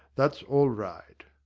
that's all right.